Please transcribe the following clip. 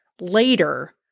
later